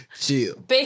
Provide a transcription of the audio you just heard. chill